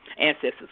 ancestors